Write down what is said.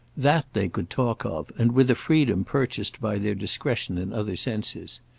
that they could talk of, and with a freedom purchased by their discretion in other senses.